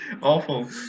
awful